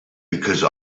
because